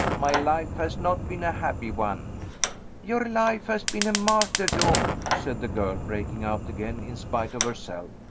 my life has not been a happy one your life has been a martyrdom! said the girl, breaking out again in spite of herself.